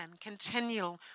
continual